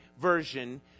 version